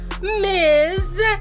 Ms